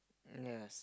yes